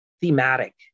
thematic